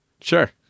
Sure